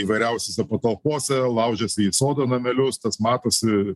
įvairiausiose patalpose laužiasi į sodo namelius tas matosi